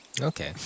Okay